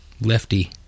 lefty